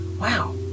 Wow